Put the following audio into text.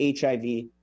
HIV